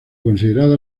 considerada